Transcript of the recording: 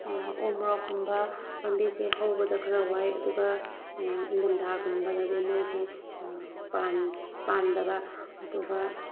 ꯎ ꯃꯣꯔꯣꯛꯀꯨꯝꯕ ꯄꯥꯝꯕꯤꯁꯦ ꯍꯧꯕꯗ ꯈꯔ ꯋꯥꯏ ꯑꯗꯨꯒ ꯏꯟꯊꯝꯊꯥꯒꯨꯝꯕꯗꯗꯤ ꯃꯣꯏꯁꯦ ꯄꯥꯟꯗꯕ ꯑꯗꯨꯒ